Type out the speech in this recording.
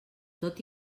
tot